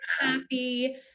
happy